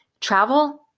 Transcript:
travel